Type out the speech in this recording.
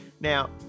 Now